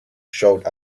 showed